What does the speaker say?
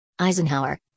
Eisenhower